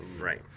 Right